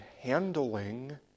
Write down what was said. handling